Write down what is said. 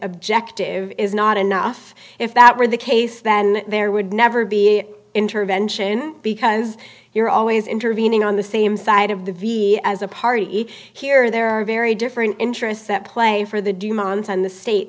objective is not enough if that were the case then there would never be an intervention because you're always intervening on the same side of the v as a party here there are very different interests that play for the demands on the state